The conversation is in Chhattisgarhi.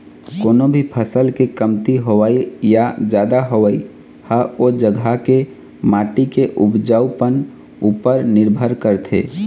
कोनो भी फसल के कमती होवई या जादा होवई ह ओ जघा के माटी के उपजउपन उपर निरभर करथे